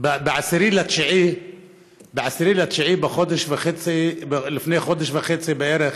ב-10 בספטמבר, לפני חודש וחצי בערך,